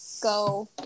go